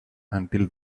until